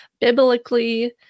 biblically